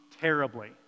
terribly